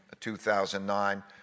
2009